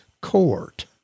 court